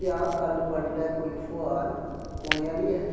क्या कल्ल बडलै कोई फोहार पौने आह्ली ऐ